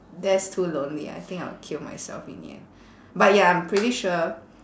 that's too lonely I think I'll kill myself in the end but ya I'm pretty sure